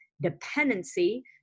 dependency